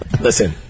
Listen